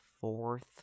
fourth